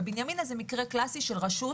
ובנימינה זה מקרה קלאסי של רשות,